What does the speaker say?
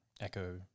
echo